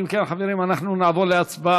אם כן, חברים, אנחנו נעבור להצבעה.